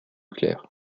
claire